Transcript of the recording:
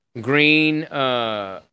Green